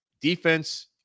defense